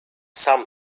sam